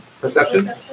Perception